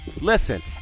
listen